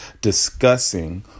discussing